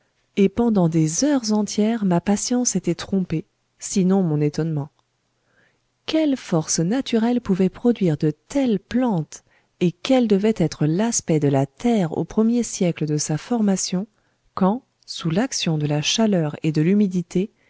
et pendant des heures entières ma patience était trompée sinon mon étonnement quelle force naturelle pouvait produire de telles plantes et quel devait être l'aspect de la terre aux premiers siècles de sa formation quand sous l'action de la chaleur et de l'humidité